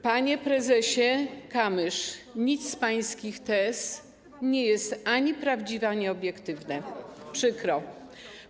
Panie prezesie Kamysz, nic z pańskich tez nie jest ani prawdziwe, ani obiektywne, przykro mi.